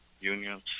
unions